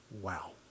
wow